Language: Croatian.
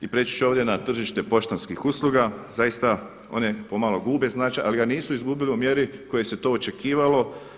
I prijeći ću ovdje na tržište poštanskih usluga, zaista one pomalo gube značaj ali ga nisu izgubili u mjeri u kojoj se to očekivalo.